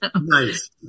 Nice